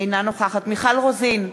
אינה נוכחת מיכל רוזין,